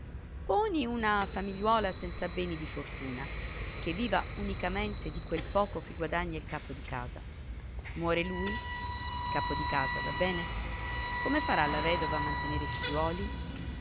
poni una famigliuola senza beni di fortuna che viva unicamente di quel poco che guadagna il capo di casa muore lui il capo di casa va bene come farà la vedova a mantenere i figliuoli